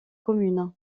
commune